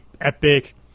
epic